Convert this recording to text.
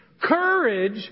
Courage